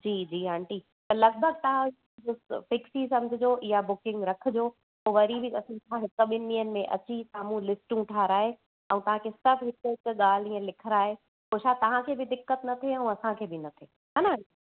जी जी आंटी त लॻिभॻि तव्हां फ़िक्स ई समुझ जो इहा बुकिंग रखिजो पोइ वरी बि असीं हिक ॿिनि ॾींहंनि अची साम्हूं लिस्टियूं ठाराए ऐं तव्हांखे सभु हिक हिक ॻाल्हि इअं लिखाए पोइ छा तव्हांखे बि दिक़त न थिए ऐं असांखे बि न थिए हा न